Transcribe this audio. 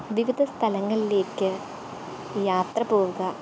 വിവിധ സ്ഥലങ്ങളിലേക്ക് യാത്ര പോകുക